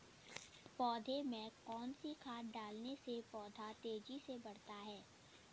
पौधे में कौन सी खाद डालने से पौधा तेजी से बढ़ता है?